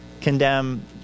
condemn